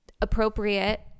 appropriate